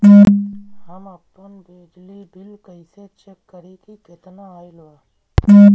हम आपन बिजली बिल कइसे चेक करि की केतना आइल बा?